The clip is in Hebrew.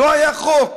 לא היה חוק